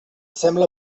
sembla